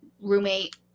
roommate